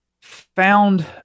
found